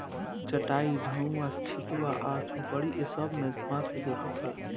चाटाई, झउवा, छित्वा आ झोपड़ी ए सब मे बांस के जरुरत होला